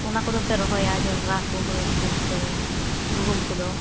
ᱚᱱᱟ ᱠᱚᱫᱚᱯᱮ ᱨᱚᱦᱚᱭᱟ ᱡᱚᱱᱰᱨᱟ ᱠᱚ ᱦᱳᱲᱳ ᱠᱚ ᱥᱮ ᱜᱩᱦᱩᱢ ᱠᱚᱫᱚ